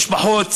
משפחות,